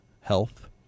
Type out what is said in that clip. health